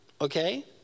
okay